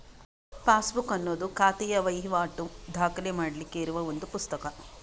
passbook ಅನ್ನುದು ಖಾತೆಯ ವೈವಾಟು ದಾಖಲೆ ಮಾಡ್ಲಿಕ್ಕೆ ಇರುವ ಒಂದು ಪುಸ್ತಕ